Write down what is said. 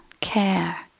care